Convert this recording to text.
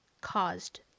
caused